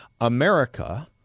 America